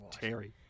Terry